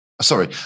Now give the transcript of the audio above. Sorry